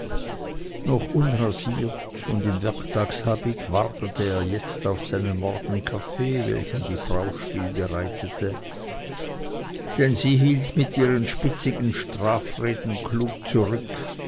noch unrasiert und im werktagshabit wartete er jetzt auf seinen morgenkaffee welchen die frau still bereitete denn sie hielt mit ihren spitzigen strafreden klug zurück